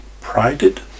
Prided